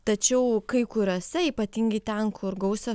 tačiau kai kuriose ypatingai ten kur gausią